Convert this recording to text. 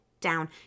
down